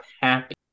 happy